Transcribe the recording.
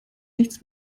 nichts